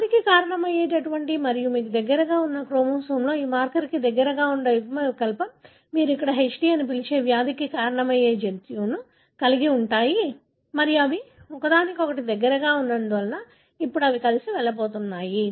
వ్యాధికి కారణమయ్యే మరియు మీకు దగ్గరగా ఉన్న క్రోమోజోమ్లోని ఈ మార్కర్కు దగ్గరగా ఉండే యుగ్మవికల్పం మీరు ఇక్కడ HD అని పిలిచే వ్యాధికి కారణమయ్యే జన్యువును కలిగి ఉంటాయి మరియు అవి ఒకదానికొకటి దగ్గరగా ఉన్నందున ఇప్పుడు అవి కలిసి వెళ్లబోతున్నాయి